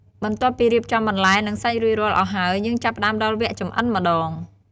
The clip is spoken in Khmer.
បន្ទាប់ពីរៀបចំបន្លែ និងសាច់រួចរាល់អស់ហើយ យើងចាប់ផ្ដើមដល់វគ្គចម្អិនម្ដង។